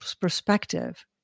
perspective